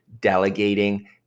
delegating